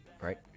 right